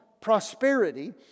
prosperity